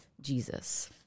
Jesus